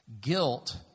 Guilt